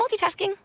multitasking